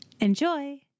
Enjoy